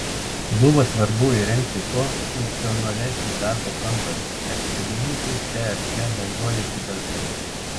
buvo svarbu įrengti kuo funkcionalesnį darbo kambarį nes šeimininkai šia erdve naudojasi dažnai